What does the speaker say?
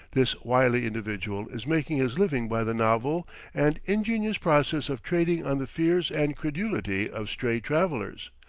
this wily individual is making his living by the novel and ingenious process of trading on the fears and credulity of stray travellers,